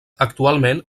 actualment